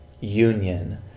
Union